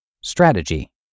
Strategy